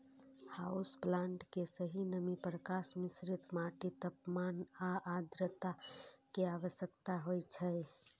house plant कें सही नमी, प्रकाश, मिश्रित माटि, तापमान आ आद्रता के आवश्यकता होइ छै